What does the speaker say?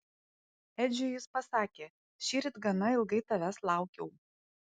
edžiui jis pasakė šįryt gana ilgai tavęs laukiau